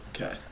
Okay